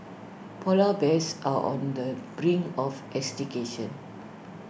Polar Bears are on the brink of extinction